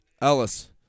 Ellis